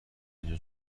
اینجا